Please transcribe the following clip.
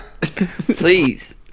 please